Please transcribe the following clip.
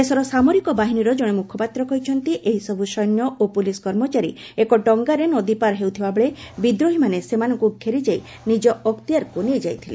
ଦେଶର ସାମରିକ ବାହିନୀର ଜଣେ ମୁଖପାତ୍ର କହିଛନ୍ତି ଏହିସବୁ ସୈନ୍ୟ ଓ ପୁଲିସ୍ କର୍ମଚାରୀ ଏକ ଡଙ୍ଗାରେ ନଦୀ ପାର ହେଉଥିବାବେଳେ ବିଦ୍ରୋହୀମାନେ ସେମାନଙ୍କୁ ଘେରିଯାଇ ନିଜ ଅକ୍ତିଆରକୁ ନେଇଯାଇଥିଲେ